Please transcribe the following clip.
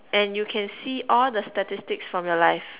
and you can see all the statistics from your life